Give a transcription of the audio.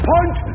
Punch